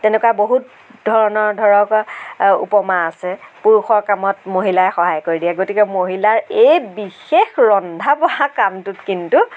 তেনেকুৱা বহুত ধৰণৰ ধৰক উপমা আছে পুৰুষৰ কামত মহিলাই সহায় কৰি দিয়ে গতিকে মহিলাৰ এই বিশেষ ৰন্ধা বঢ়া কামটোত কিন্তু